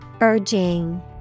Urging